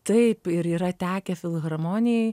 taip ir yra tekę filharmonijai